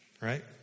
Right